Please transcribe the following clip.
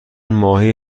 ماهی